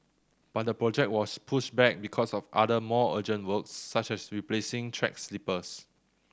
but the project was pushed back because of other more urgent works such as replacing track sleepers